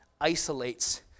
isolates